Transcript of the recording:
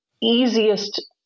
easiest